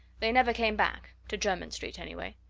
they never came back to jermyn street, anyway.